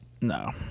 No